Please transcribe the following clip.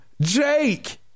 Jake